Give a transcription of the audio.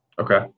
Okay